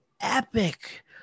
epic